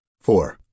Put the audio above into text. Four